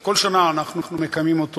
כל שנה אנחנו מקיימים אותו.